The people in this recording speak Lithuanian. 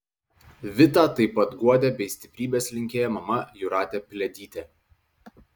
vitą taip pat guodė bei stiprybės linkėjo mama jūratė pliadytė